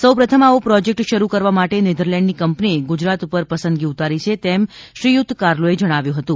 સૌ પ્રથમ આવો પ્રોજેક્ટ શરૂ કરવા માટે નેધરલેન્ડની કંપનીએ ગુજરાત પર પસંદગી ઉતારી છે તેમ શ્રીયુત કાર્લોએ જણાવ્યું હતું